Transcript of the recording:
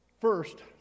First